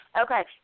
Okay